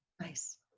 Nice